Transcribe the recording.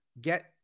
get